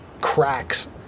cracks